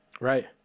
Right